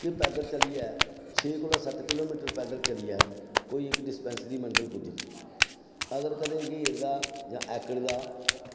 कि पैदल चलियै छे कोला सत्त किलोमीटर पैदल चलियै कोई इक बंदा डिस्पैंसरी बंदा पुजदा जां कुदै अकड़दा